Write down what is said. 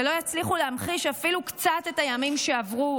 ולא יצליחו להמחיש אפילו קצת את הימים שעברו,